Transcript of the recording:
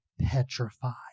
petrified